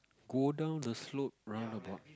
go down the slope roundabout